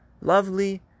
lovely